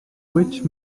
which